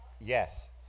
Yes